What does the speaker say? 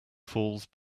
falls